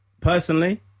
personally